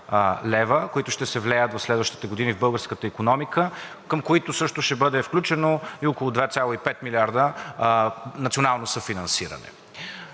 които ще се влеят в следващите години в българската икономика, към които също ще бъде включено и около 2,5 милиарда национално съфинансиране.